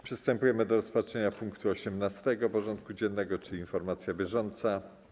Przystępujemy do rozpatrzenia punktu 18. porządku dziennego: Informacja bieżąca.